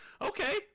okay